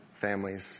families